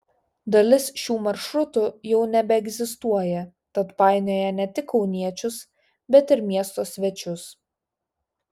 dalis šių maršrutų jau nebeegzistuoja tad painioja ne tik kauniečius bet ir miesto svečius